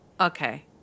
Okay